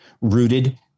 rooted